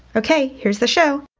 ok. here's the show